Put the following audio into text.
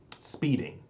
Speeding